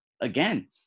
again